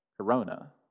Corona